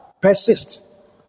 Persist